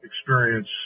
experience